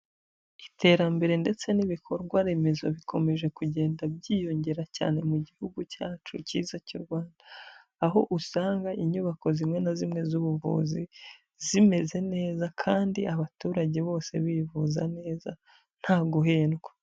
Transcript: Iterambere ndetse n'ibikorwa remezo, bikomeje kugenda byiyongera cyane mu gihugu cyacu cyiza cy'u Rwanda, aho usanga inyubako zimwe na zimwe z'ubuvuzi zimeze neza, kandi abaturage bose bivuza neza nta guhendwa.